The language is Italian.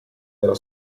della